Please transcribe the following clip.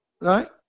Right